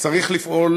צריך לפעול